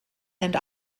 and